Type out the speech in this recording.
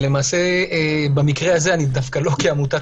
למעשה במקרה הזה אני דווקא לא בא כנציג עמותת